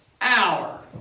hour